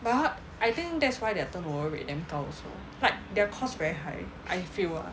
but 他 I think that's why their turnover rate damn 高 also like their cost very high I feel ah